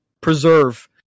preserve